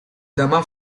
дома